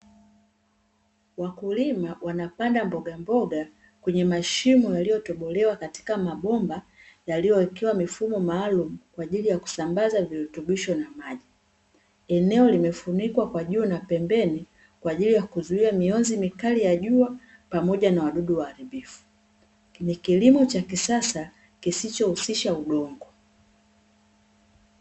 Wakulima wanapanda mbogamboga kwenye mashimo yaliyotobolewa katika mabomba yaliyowekewa mifumo maalum, kwaajili ya kusambaza virutubisho na maji. Eneo limefunikwa kwa juu na pembeni kwaajili ya kuzuia mionzi mikali ya jua pamoja na wadudu waharibifu ni kilimo cha kisasa kisichohusisha udongo.